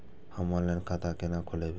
हम ऑनलाइन खाता केना खोलैब?